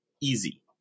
easy